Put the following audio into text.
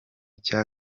cya